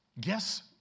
guess